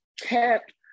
kept